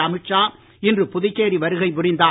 அமித் ஷா இன்று புதுச்சேரி வருகை புரிந்தார்